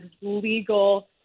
legal